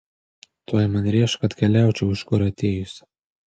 tuoj man rėš kad keliaučiau iš kur atėjusi